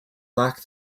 lack